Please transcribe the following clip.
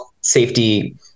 safety